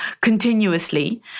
continuously